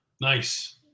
Nice